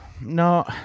No